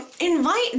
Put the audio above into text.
invite